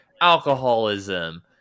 alcoholism